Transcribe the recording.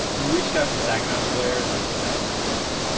we reached out to sagniaw's lawyer. they did not respond.